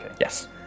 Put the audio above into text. Yes